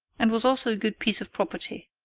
and was also a good piece of property.